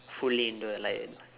fully into a lion